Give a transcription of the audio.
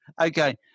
Okay